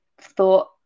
thought